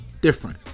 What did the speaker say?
different